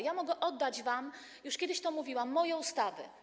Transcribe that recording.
Ja mogę oddać wam, już kiedyś to mówiłam, moje ustawy.